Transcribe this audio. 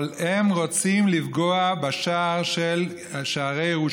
אבל הם רוצים לפגוע בשערי ירושלים,